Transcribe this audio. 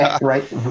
Right